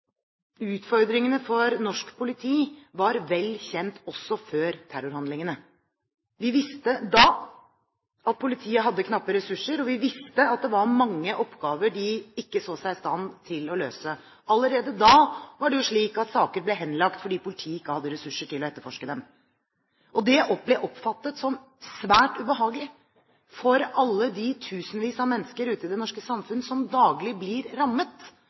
utfordringene for norsk politi var vel kjent også før terrorhandlingene. Vi visste da at politiet hadde knappe ressurser, og vi visste at det var mange oppgaver de ikke så seg i stand til å løse. Allerede da var det jo slik at saker ble henlagt fordi politiet ikke hadde ressurser til å etterforske dem. Det ble oppfattet som svært ubehagelig for alle de tusenvis av mennesker ute i det norske samfunn som daglig ble rammet